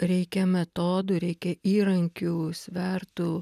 reikia metodų reikia įrankių svertų